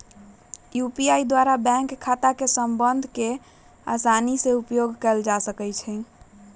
UPI द्वारा bank खता के संबद्ध कऽ के असानी से उपयोग कयल जा सकइ छै